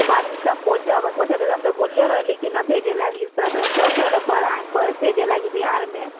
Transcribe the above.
बादमे उससे हम तऽ बोलले रहली कि नहि भेजे लागि शौख रहलक पढ़ाइम भेजे लागि बिहारमे